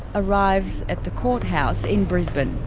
arrives at the courthouse in brisbane.